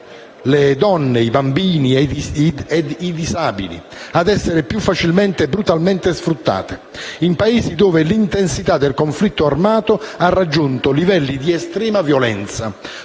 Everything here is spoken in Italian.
le donne, i bambini e i disabili - a essere più facilmente e brutalmente sfruttate, in Paesi dove l'intensità del conflitto armato ha raggiunto livelli di estrema violenza,